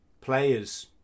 players